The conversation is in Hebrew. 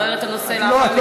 אנחנו נברר את הנושא לאחר מכן.